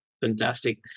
Fantastic